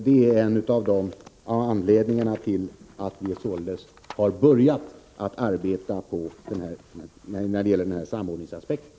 Det är således en av anledningarna till att vi har börjat att arbeta med beaktande av samordningsaspekten.